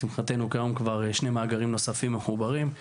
לשמחתנו כיום שני מאגרים נוספים מחוברים,